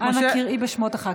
אנא קראי בשמות הח"כים.